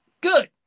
good